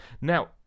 Now